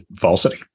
Falsity